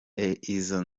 izo